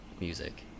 music